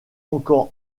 encore